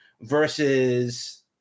versus